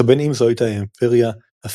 אך בין אם זו הייתה האימפריה הפרנקית